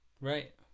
Right